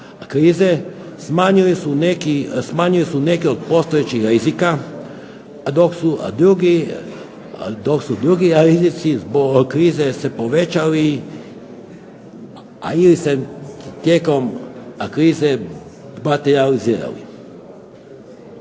krize, smanjile su neke od postojećih rizika dok su drugi rizici zbog krize se povećali ili se tijekom krize parcijalizirali.